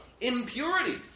Impurity